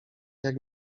jak